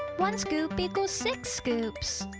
one scoop equals six scoops!